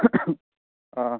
অঁ